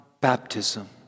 baptism